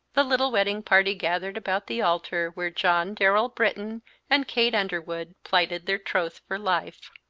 the little wedding-party gathered about the altar where john darrell britton and kate underwood plighted their troth for life.